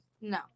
No